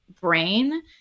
brain